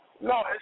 No